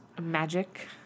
Magic